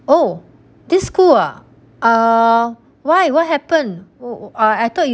oh this school ah why what happened oh I thought you